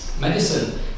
Medicine